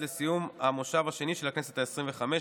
עד לסיום המושב השני של הכנסת העשרים-חמש.